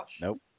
Nope